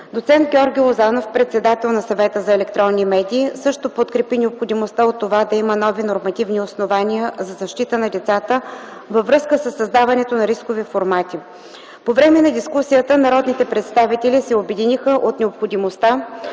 Доцент Георги Лозанов, председател на Съвета за електронни медии, също подкрепи необходимостта от това да има нови нормативни основания за защитата на децата във връзка със създаването на рискови формати. По време на дискусията народните представители се обединиха от необходимостта